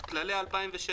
"כללי 2016"